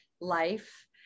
life